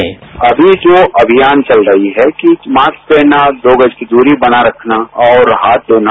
bite अभी जो अभियान चल रहा है कि मास्क पहनना दो गज की दूरी बनाये रखना और हाथ धोना